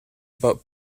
about